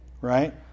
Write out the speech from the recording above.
right